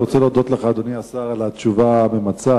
אני רוצה להודות לך, אדוני השר, על התשובה הממצה,